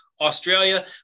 Australia